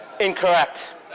Incorrect